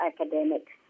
academics